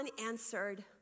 unanswered